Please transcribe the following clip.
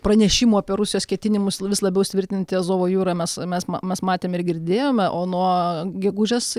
pranešimų apie rusijos ketinimus vis labiau įsitvirtinti azovo jūroj mes mes matėme ir girdėjome o nuo gegužės